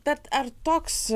bet ar toks